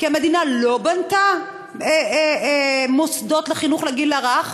כי המדינה לא בנתה מוסדות לחינוך לגיל הרך,